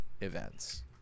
events